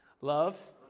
Love